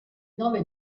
nome